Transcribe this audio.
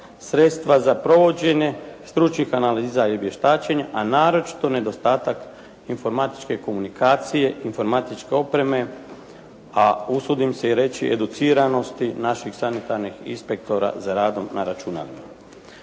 sredstva za provođenje stručnih analiza i vještačenja, a naročito nedostatak informatičke komunikacije, informatičke opreme, a usudim se reći educiranosti naših sanitarnih inspektora za radom na računalima.